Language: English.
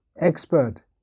expert